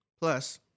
Plus